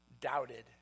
doubted